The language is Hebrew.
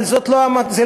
אבל זה לא המצב.